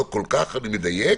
לא כל כך, אני מדייק.